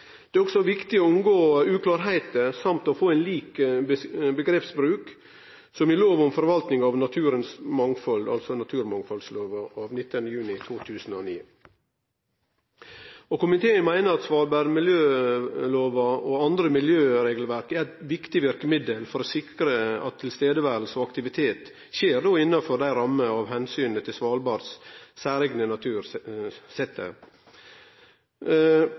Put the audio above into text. Det er også viktig å unngå uklarheter samt få en lik begrepsbruk, som i lov om forvaltning av naturmangfold – naturmangfoldloven av 19. juni 2009. Svalbardmiljøloven og annet miljøregelverk er det viktigste virkemidlet for å sikre at tilstedeværelse og aktivitet skjer innenfor de rammer hensynet til Svalbards særegne natur